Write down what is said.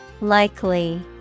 Likely